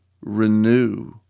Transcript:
renew